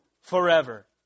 forever